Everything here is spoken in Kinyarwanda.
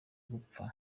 gupfa